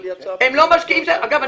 אגב,